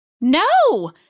No